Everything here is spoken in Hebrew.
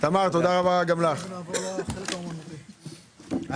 הישיבה ננעלה בשעה 17:50.